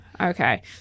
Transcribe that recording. okay